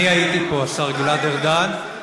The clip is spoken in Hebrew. אני הייתי פה, השר גלעד ארדן.